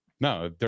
No